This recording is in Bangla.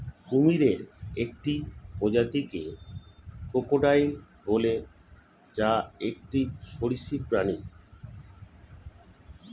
কুমিরের একটি প্রজাতিকে ক্রোকোডাইল বলে, যা একটি সরীসৃপ প্রাণী